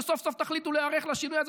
כשסוף-סוף תחליטו להיערך לשינוי הזה,